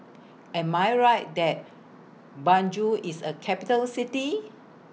Am I Right that Banjul IS A Capital City